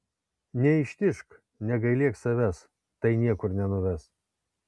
neištižk negailėk savęs tai niekur nenuves